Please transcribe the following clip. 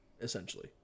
essentially